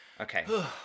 Okay